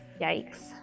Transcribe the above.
Yikes